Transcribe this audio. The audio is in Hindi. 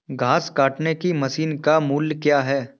घास काटने की मशीन का मूल्य क्या है?